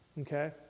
Okay